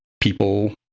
people